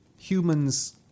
humans